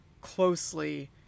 closely